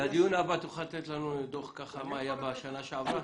לדיון הבא תוכל לתת לנו דוח מה היה בשנה שעברה?